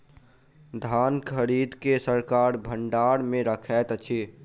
धान खरीद के सरकार भण्डार मे रखैत अछि